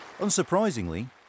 unsurprisingly